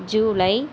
July